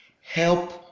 help